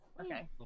Okay